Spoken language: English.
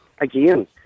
again